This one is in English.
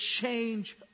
change